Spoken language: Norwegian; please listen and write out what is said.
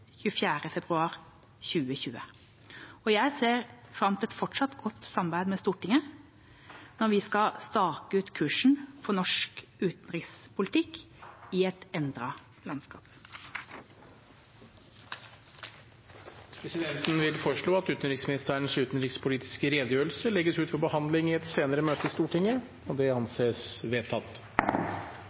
februar 2022. Jeg ser fram til et fortsatt godt samarbeid med Stortinget når vi skal stake ut kursen for norsk utenrikspolitikk i et endret landskap. Presidenten vil foreslå at utenriksministerens utenrikspolitiske redegjørelse legges ut for behandling i et senere møte i Stortinget. – Det anses vedtatt.